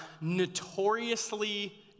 notoriously